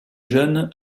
jeune